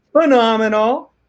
phenomenal